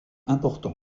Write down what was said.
important